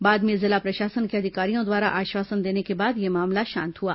बाद में जिला प्रशासन के अधिकारियों द्वारा आश्वासन देने के बाद यह मामला शांत हुआ